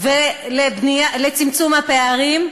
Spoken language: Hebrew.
ולצמצום הפערים,